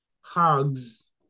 hogs